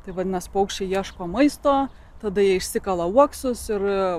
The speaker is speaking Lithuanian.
tai vadinasi paukščiai ieško maisto tada jie išsikala uoksus ir